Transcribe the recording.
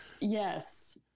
Yes